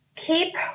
Keep